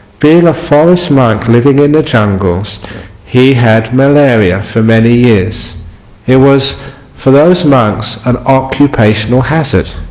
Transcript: being a forest monk living in the jungles he had malaria for many years it was for those monks an occupational hazard